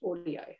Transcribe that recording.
audio